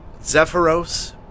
Zephyros